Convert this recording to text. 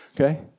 Okay